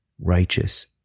righteous